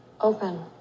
open